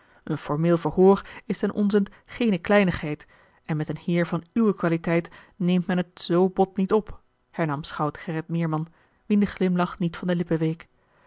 een formeel verhoor is ten onzent geene kleinigheid en met een heer van uwe qualiteit neemt men het z bot niet op hernam schout gerrit meerman wien de glimlach niet van de lippen